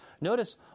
Notice